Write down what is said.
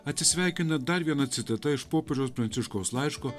atsisveikina dar viena citata iš popiežiaus pranciškaus laiško